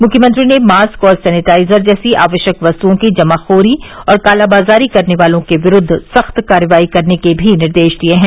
मुख्यमंत्री ने मास्क और सैनेटाइजर जैसी आवश्यक वस्तुओं की जमाखोरी और कालाबाजारी करने वालों के विरूद्व सख्त कार्रवाई करने के भी निर्देश दिये हैं